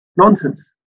nonsense